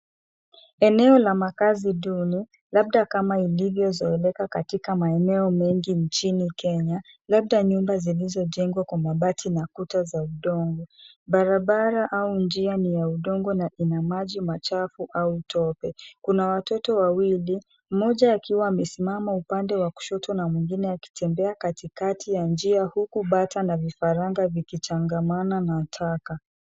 Eneo la makazi duni labda kama ilivyozoeleka katika maeneo mengi nchini Kenya labda nyumba zilizojengwa kwa mabati na kuta za udongo. Barabara au njia ni ya udongo na ina maji machafu au tope. Kuna watoto wawili; mmoja akiwa amesimama upande wa kushoto na mwingine akitembea katikati ya njia huku bata na vifaranga vikichangamana na taka.